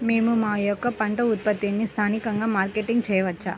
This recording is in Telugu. మేము మా యొక్క పంట ఉత్పత్తులని స్థానికంగా మార్కెటింగ్ చేయవచ్చా?